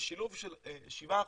לשילוב של 7%,